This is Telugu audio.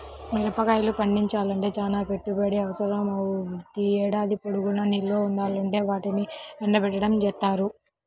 మిరగాయలు పండించాలంటే చానా పెట్టుబడి అవసరమవ్వుద్ది, ఏడాది పొడుగునా నిల్వ ఉండాలంటే వాటిని ఎండబెట్టడం జేత్తారు